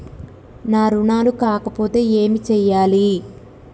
నా రుణాలు కాకపోతే ఏమి చేయాలి?